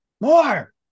more